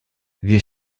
wir